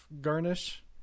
garnish